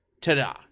Ta-da